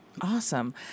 Awesome